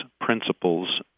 principles